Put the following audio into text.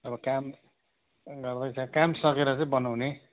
अब काम नगरी काम सकेर चाहिँ बनाउने